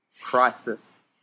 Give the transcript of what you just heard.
crisis